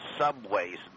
subways